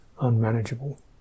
unmanageable